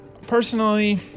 Personally